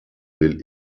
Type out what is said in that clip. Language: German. will